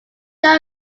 not